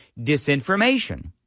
disinformation